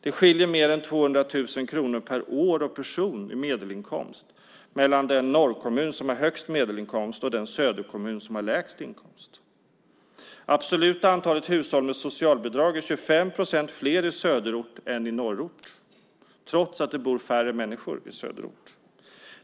Det skiljer mer än 200 000 kronor per år och person i medelinkomst mellan den norrkommun som har högst medelinkomst och den söderkommun som har lägst medelinkomst. Det absoluta antalet hushåll med socialbidrag är 25 procent fler i söderort än i norrort trots att det bor färre människor i söderort.